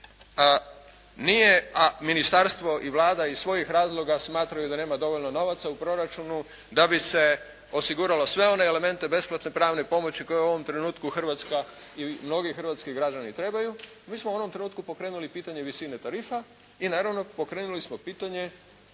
Nije ministarstvo i Vlada, iz svojih razloga smatraju da nema dovoljno novaca u proračunu da bi se osiguralo sve one elemente besplatne pravne pomoći koju u ovom trenutku Hrvatska i mnogi hrvatski građani trebaju. Mi smo u ovom trenutku pokrenuli pitanje visine tarifa i naravno pokrenuli smo pitanje